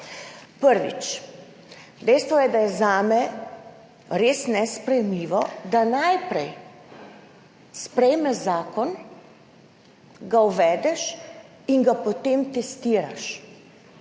Prvič, dejstvo je, da je zame res nesprejemljivo, da najprej sprejmeš zakon, ga uvedeš in potem testiraš.